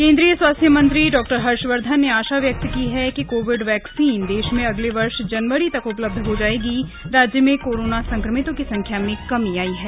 केन्द्रीय स्वास्थ्य मंत्री डॉ हर्षवर्धन ने आशा व्यक्त की है कि कोविड वैक्सीन देश में अगले वर्ष जनवरी तक उपलब्ध हो जाएगी राज्य में कोरोना संक्रमितों की संख्या में कमी आयी है